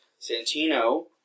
Santino